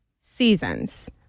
seasons